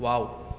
wow